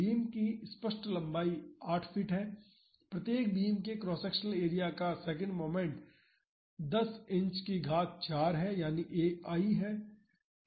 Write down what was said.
beam की स्पष्ट लम्बाई 8 फीट है प्रत्येक बीम के क्रॉस सेक्शनल एरिया का सेकंड मोमेंट 10 इंच की घात 4 है यानी I है